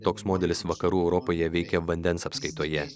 toks modelis vakarų europoje veikia vandens apskaitoje